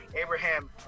Abraham